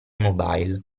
mobile